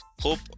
Hope